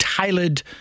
tailored